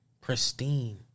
pristine